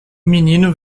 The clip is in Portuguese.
menino